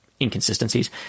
inconsistencies